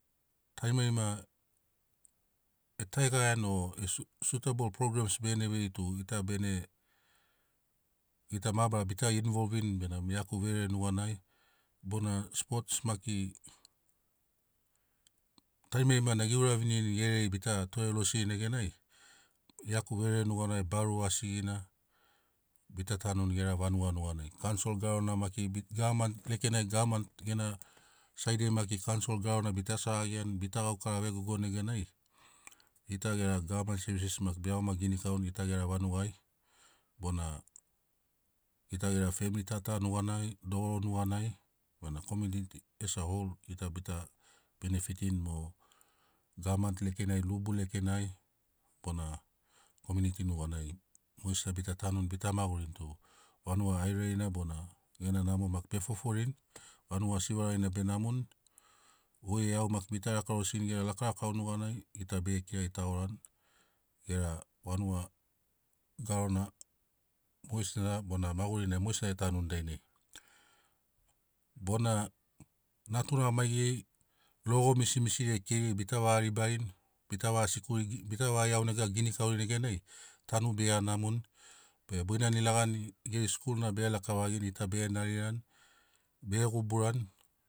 Tarimarima e taigaiani o sut- sutabol programs begene veiri tu gita bene gita mabarara bita involvini benamo iaku verere nuganai bona spots maki tarimarima na ge ura vinirini gereri bita tore losirini neganai iaku verere nuganai baru asi gina bita tanuni gera vanuga nuganai kansoro garona maki bi- gavamani lekenai gavamani gena saidiai kansoro garona bita segagiani bita gaukara vegogoni neganai gita gera gavamani sevises maki be iagoma ginikauni gita gera vanuga bona gita gera femili ta ta nuganai dogoro nuganai bona kominiti es a oul gita bita benefitin mo gavamani lekenai lubu lekenai bona komuniti nuganai maigesina bita tanuni bita magurini tu vanuga airaina bona gena namo maki be foforini vanuga sivaraina be namoni goi e au maki bita laka losini gera laka lakao nuganai gita bege kiragi tagorani gera vanuga garona mogesina bona maigesina e tanuni dainai bona natura maigeri logo misimisiriai keiriai bita vagaribarini bita vaga sikuri gi bita vaga iauneg ginikaurini neganai tanu begea namoni be boinani ilagani geri sikuri na bege laka vagini gita bege narirani bege guburani.